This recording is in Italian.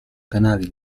canali